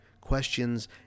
questions